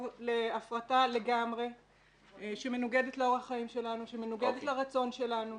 להפרטה לגמרי שמנוגדת לאורח החיים שלנו,